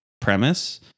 premise